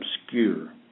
obscure